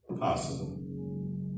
possible